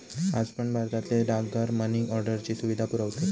आज पण भारतातले डाकघर मनी ऑर्डरची सुविधा पुरवतत